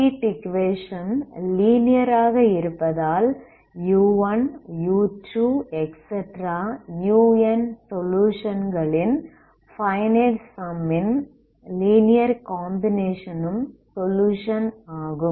heat equation linear ஆக இருப்பதால் u1 u2 un சொலுயுஷன்களின் ஃபைனைட் சம்மின் லீனியர் காம்பினேஷனும் சொலுயுஷன் ஆகும்